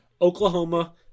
Oklahoma